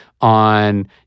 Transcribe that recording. on